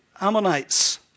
Ammonites